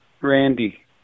Randy